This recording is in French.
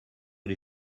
les